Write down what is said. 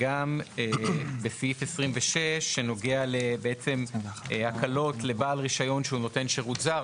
וגם סעיף 26 שנוגע להקלות לבעל רישיון שהוא נותן שירות זר.